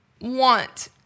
want